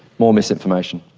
more misinformation.